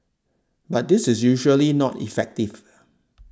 but this is usually not effective